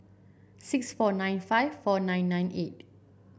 six four nine five four nine nine eight